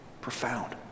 Profound